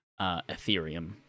Ethereum